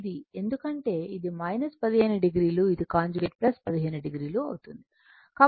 ఇది ఎందుకంటే ఇది 15 o ఇది కాంజుగేట్ 15 o అవుతుంది